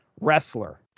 wrestler